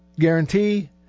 guarantee